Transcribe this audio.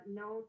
no